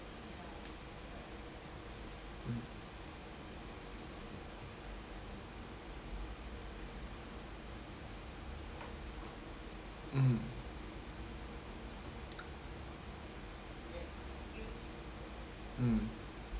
mm mmhmm mm